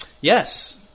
Yes